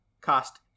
cost